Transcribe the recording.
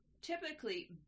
typically